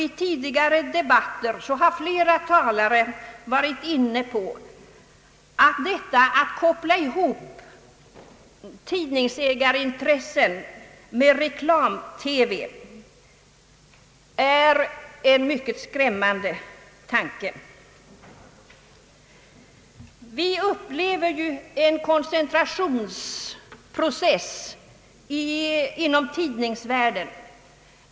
I tidigare debatter har flera talare varit inne på att tanken att koppla ihop tidningsägarintressen med reklam-TV, vilket är en mycket skrämmande tanke. Vi upplever ju en koncentrationsprocess inom tidningsvärlden.